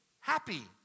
happy